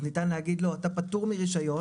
אז ניתן להגיד לו שהוא פטור מרישיון,